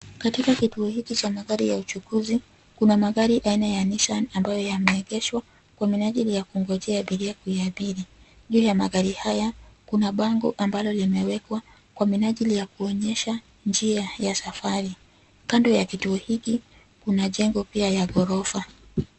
Katika kituo hiki cha magari ya uchukuzi kuna magari aina ya Nissan ambayo yameegeshwa kwa minajili ya kugonjea abiria kuyaabiri. Juu ya magari haya kuna bango ambalo limwekwa kwa minajili ya kuonyesha njia ya safari. Kando ya kituo hiki kuna jengo pia ya ghorofa.